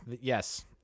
Yes